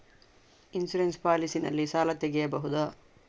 Insurance policy ನಲ್ಲಿ ಸಾಲ ತೆಗೆಯಬಹುದ?